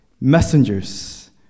messengers